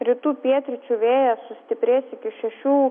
rytų pietryčių vėjas sustiprės iki šešių